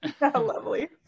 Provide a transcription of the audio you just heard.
lovely